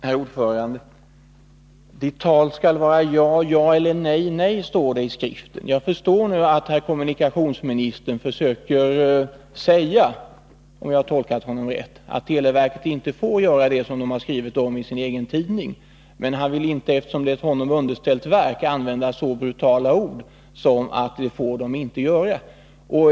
Herr talman! Ditt tal skall vara ja, ja eller nej, nej, står det i Skriften. Jag förstår nu att herr kommunikationsministern försöker säga — om jag har tolkat honom rätt — att televerket inte får göra det som verket har skrivit om i sin egen tidning. Men han vill inte, eftersom det är ett honom underställt verk, använda så brutala ord som att det får man inte göra.